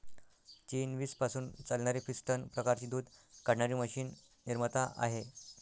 चीन वीज पासून चालणारी पिस्टन प्रकारची दूध काढणारी मशीन निर्माता आहे